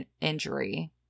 injury